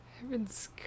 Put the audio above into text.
Heaven's